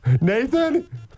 Nathan